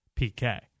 PK